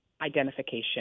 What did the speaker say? identification